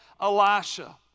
Elisha